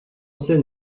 scène